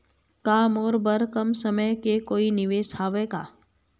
का मोर बर कम समय के कोई निवेश हावे का?